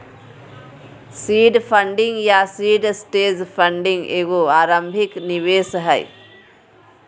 seed funding या seed stage funding एगो आरंभिक निवेश हइ